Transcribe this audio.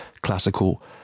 classical